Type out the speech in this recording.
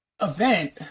event